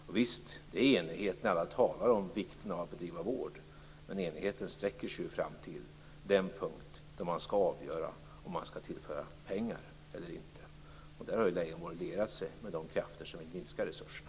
Och visst är det enighet när alla talar om vikten av att bedriva vård. Men enigheten sträcker sig fram till den punkt då man skall avgöra om man skall tillföra pengar eller inte. Och där har ju Leijonborg lierat sig med de krafter som vill minska resurserna.